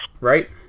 Right